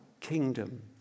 kingdom